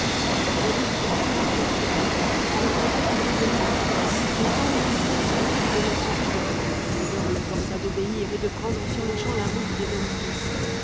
eut à peine la force de parler il ordonna qu'on fît venir cador et sans lui rien dire il lui donna ce billet cador le força d'obéir et de prendre sur-le-champ la route de memphis si